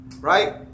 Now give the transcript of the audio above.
right